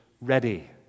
ready